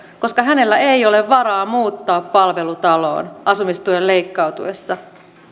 koska hänellä ei ole varaa muuttaa palvelutaloon asumistuen leikkautuessa